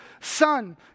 son